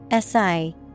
SI